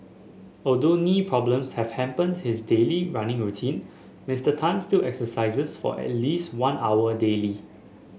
although knee problems have hampered his daily running routine Mister Tan still exercises for at least one hour daily